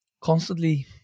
constantly